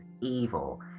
evil